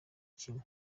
kimwe